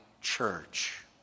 church